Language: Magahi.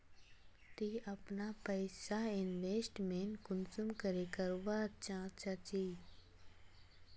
ती अपना पैसा इन्वेस्टमेंट कुंसम करे करवा चाँ चची?